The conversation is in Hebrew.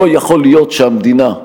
לא יכול להיות שהמדינה,